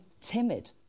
timid